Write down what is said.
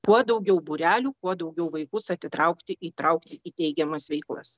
kuo daugiau būrelių kuo daugiau vaikus atitraukti įtraukti į teigiamas veiklas